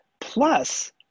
plus